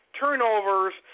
turnovers